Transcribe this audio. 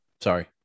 sorry